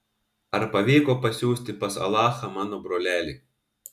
ar pavyko pasiųsti pas alachą mano brolelį